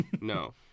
no